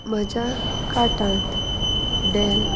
म्हज्या कार्टांत डॅल